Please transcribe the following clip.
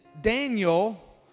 Daniel